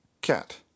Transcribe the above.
Cat